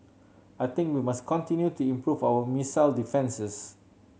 I think we must continue to improve our missile defences